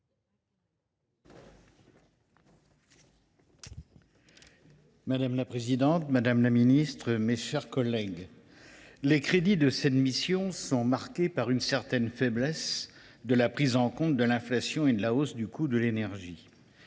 Madame la présidente, madame la ministre, mes chers collègues, les crédits de cette mission sont marqués par une certaine faiblesse dans la prise en compte de l’inflation et de la hausse du coût de l’énergie.